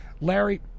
Larry